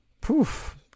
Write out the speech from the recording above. Poof